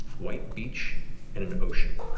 white beach and an ocean.